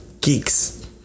Geeks